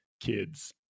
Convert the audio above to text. kids